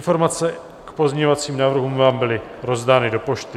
Informace k pozměňovacím návrhům vám byly rozdány do pošty.